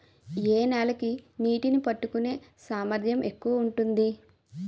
ఏ నేల కి నీటినీ పట్టుకునే సామర్థ్యం ఎక్కువ ఉంటుంది?